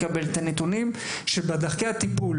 לקבל את הנתונים על דרכי הטיפול.